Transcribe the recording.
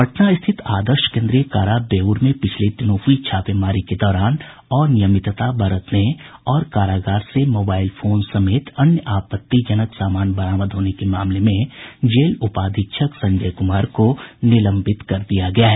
पटना स्थित आदर्श केन्द्रीय कारा बेऊर में पिछले दिनों हुई छापेमारी के दौरान अनियमितता बरतने और कारागार से मोबाईल फोन समेत अन्य आपत्तिजनक सामान बरामद होने के मामले में जेल उपाधीक्षक संजय कुमार को निलंबित कर दिया गया है